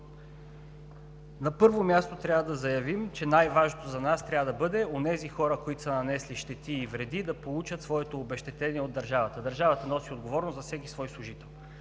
на първо място, трябва да заявим, че най-важното за нас трябва да бъде онези хора, които са понесли щети и вреди, да получат своето обезщетение от държавата. Държавата носи отговорност за всеки свой служител.